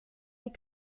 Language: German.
die